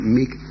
make